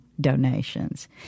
donations